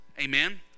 amen